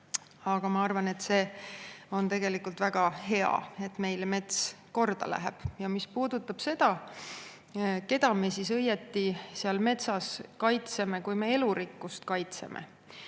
Aga ma arvan, et see on tegelikult väga hea, et meile mets korda läheb. Mis puudutab seda, keda me siis õieti seal metsas kaitseme, kui me elurikkust kaitseme,